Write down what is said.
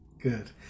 Good